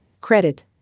Credit